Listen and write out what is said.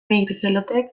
mikelotek